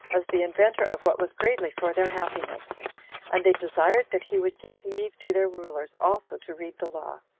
as the inventor of what was greatly for their happiness and they desired that he would give leave to their rulers also to read the law.